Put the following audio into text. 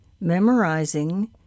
memorizing—